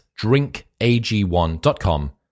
drinkag1.com